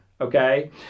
Okay